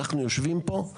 אנחנו יושבים פה,